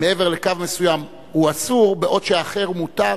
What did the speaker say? מעבר לקו מסוים הוא אסור בעוד שהאחר מותר.